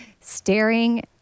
staring